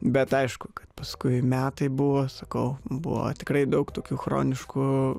bet aišku kad paskui metai buvo sakau buvo tikrai daug tokių chroniškų